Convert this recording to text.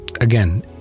Again